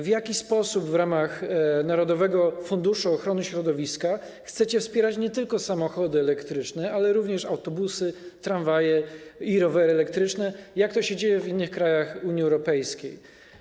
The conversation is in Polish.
W jaki sposób w ramach narodowego funduszu ochrony środowiska chcecie wspierać nie tylko samochody elektryczne, ale również autobusy, tramwaje i rowery elektryczne, jak to się dzieje w innych krajach Unii Europejskiej?